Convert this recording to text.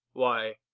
why,